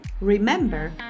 Remember